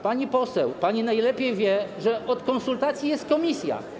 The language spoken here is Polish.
Pani poseł, pani najlepiej wie, że od konsultacji jest komisja.